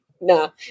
No